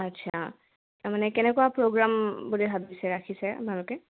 আচ্ছা তাৰমানে কেনেকুৱা প্ৰগ্ৰাম বুলি ভাবিছে ৰাখিছে আপোনালোকে